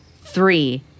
three